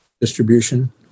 distribution